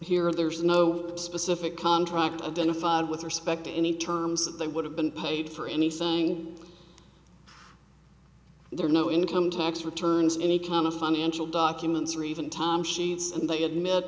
here there's no specific contract identified with respect to any terms that they would have been paid for anything there are no income tax returns in any kind of financial documents or even time sheets and they admit